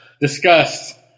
discussed